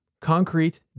concrete